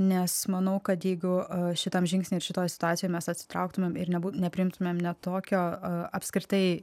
nes manau kad jeigu šitam žingsny ir šitoj situacijoj mes atsitrauktumėm ir nebūt nepriimtumėm net tokio apskritai